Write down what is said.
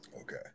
okay